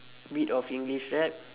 a bit of english rap